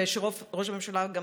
ושראש הממשלה גם